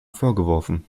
vorgeworfen